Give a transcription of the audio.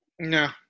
No